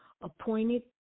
appointed